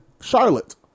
Charlotte